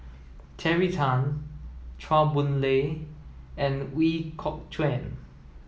Terry Tan Chua Boon Lay and Ooi Kok Chuen